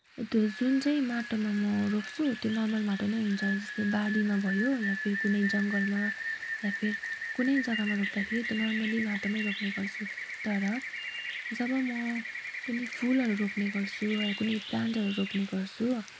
त्यो जुन चाहिँ माटोमा म रोप्छु त्यो नर्मल माटो नै हुन्छ है जस्तो बारीमा भयो या फिर कुनै जङ्गलमा या फिर कुनै जग्गामा रोप्दाखेरि त्यो नर्मली माटोमै रोप्ने गर्छु तर जब म कुनै फुलहरू रोप्ने गर्छु है कुनै प्लान्टहरू रोप्ने गर्छु